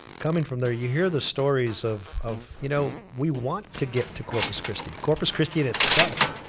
coming from there. you hear the stories of of you know we want to get to corpus christi. corpus christi, in itself,